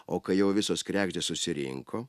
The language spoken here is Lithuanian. o kai jau visos kregždės susirinko